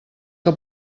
que